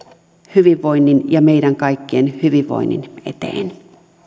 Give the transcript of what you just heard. hyvinvoinnin ja meidän kaikkien hyvinvoinnin eteen